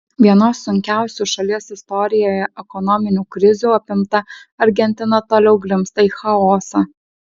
vienos sunkiausių šalies istorijoje ekonominių krizių apimta argentina toliau grimzta į chaosą